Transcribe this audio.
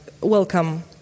welcome